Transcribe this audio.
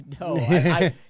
No